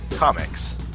Comics